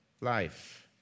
life